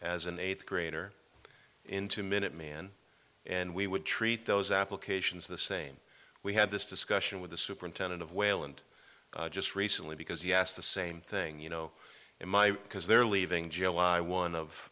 as an eighth grader in two minute men and we would treat those applications the same we had this discussion with the superintendent of wayland just recently because he asked the same thing you know in my because they're leaving